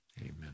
Amen